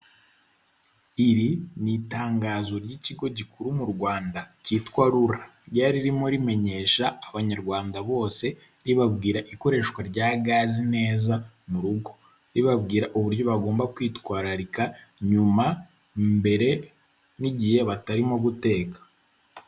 Iri ni itangazo ry'ikigo gikuru mu Rwanda, cyitwa rura, ryari ririmo rimenyesha abanyarwanda bose, ribabwira ikoreshwa rya gazE neza, murugo ribabwira uburyo bagomba kwitwararika nyuma, mbere, n'igihe batarimo guteka.